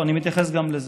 אני מתייחס גם לזה.